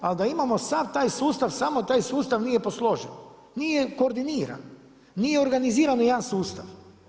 Ali da imamo sav taj sustav, samo taj sustav nije posložen, nije koordiniran, nije organiziran u jedan sustav.